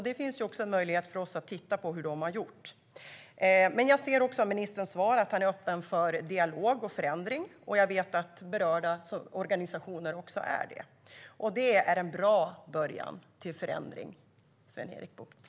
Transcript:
Det finns en möjlighet för oss att titta på hur de har gjort. Jag ser av ministerns svar att han är öppen för dialog och förändring, och jag vet att berörda organisationer också är det. Det är en bra början till förändring, Sven-Erik Bucht.